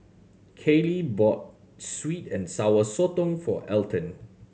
Kalie bought sweet and Sour Sotong for Elton